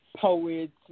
Poets